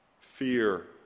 fear